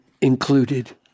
included